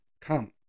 Come